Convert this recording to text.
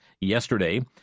yesterday